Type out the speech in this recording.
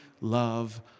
love